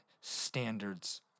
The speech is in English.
standards